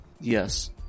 Yes